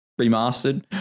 Remastered